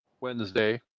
Wednesday